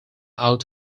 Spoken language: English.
out